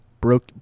broke